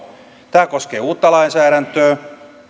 tämä koskee uutta lainsäädäntöä